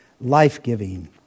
life-giving